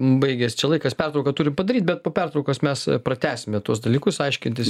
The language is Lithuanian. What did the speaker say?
baigias čia laikas pertrauką turim padaryt bet po pertraukos mes pratęsime tuos dalykus aiškintis